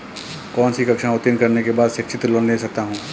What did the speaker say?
कौनसी कक्षा उत्तीर्ण करने के बाद शिक्षित लोंन ले सकता हूं?